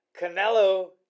Canelo